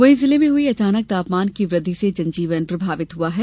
वही जिले में हुई अचानक तापमान की वृद्धि से जनजीवन प्रभावित हुआ है